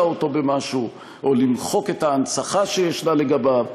אותו במשהו או למחוק את ההנצחה שיש לגביו,